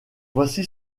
voici